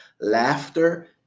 Laughter